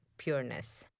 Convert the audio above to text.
pureness.